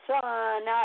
son